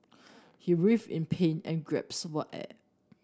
he writhed in pain and gasped for air